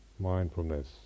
mindfulness